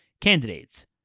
candidates